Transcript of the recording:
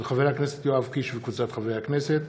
של חבר הכנסת יואב קיש וקבוצת חברי הכנסת,